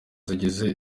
zigize